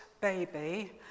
baby